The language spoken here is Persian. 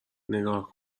نگاه